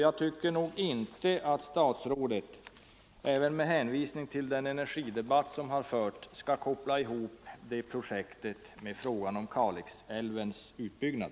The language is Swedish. Jag tycker nog inte att statsrådet, ens med hänvisning till den energidebatt som har förts, kan koppla ihop ett sådant projekt med frågan om Kalixälvens utbyggnad.